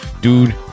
Dude